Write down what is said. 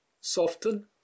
soften